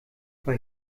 bei